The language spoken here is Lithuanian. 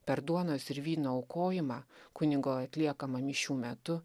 per duonos ir vyno aukojimą kunigo atliekamą mišių metu